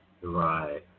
Right